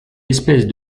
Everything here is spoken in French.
espèces